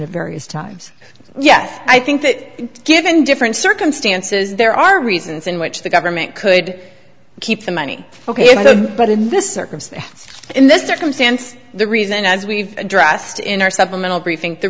of various times yes i think that given different circumstances there are reasons in which the government could keep the money ok but in this circumstance in this circumstance the reason as we've addressed in our supplemental briefing the